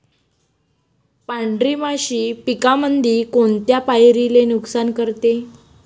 पांढरी माशी पिकामंदी कोनत्या पायरीले नुकसान करते?